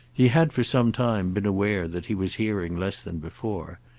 he had for some time been aware that he was hearing less than before,